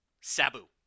Sabu